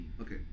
Okay